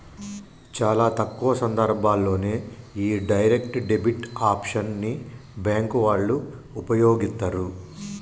చాలా తక్కువ సందర్భాల్లోనే యీ డైరెక్ట్ డెబిట్ ఆప్షన్ ని బ్యేంకు వాళ్ళు వుపయోగిత్తరు